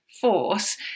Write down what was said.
force